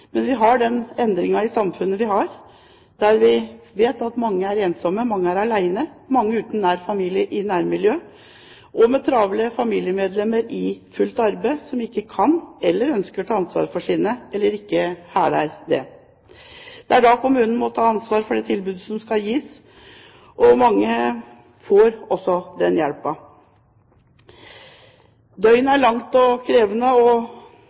Men vi har den endringen i samfunnet som vi har, og vi vet at mange er ensomme, mange er alene, mange er uten nær familie i nærmiljøet, og mange har travle familiemedlemmer i fullt arbeid som ikke kan eller ønsker å ta ansvar for sine – eller ikke hæler å gjøre det. Det er da kommunen må ta ansvar for det tilbudet som skal gis, og mange får også den hjelpen. Døgnet er langt og krevende,